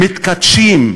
מתכתשים,